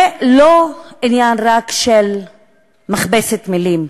זה לא עניין רק של מכבסת מילים,